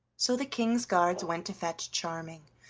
so the king's guards went to fetch charming,